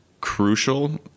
crucial